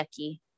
yucky